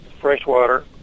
Freshwater